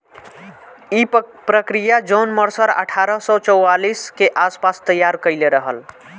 इ प्रक्रिया John Mercer अठारह सौ चौवालीस के आस पास तईयार कईले रहल